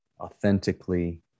authentically